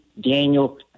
Daniel